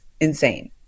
insane